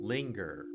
Linger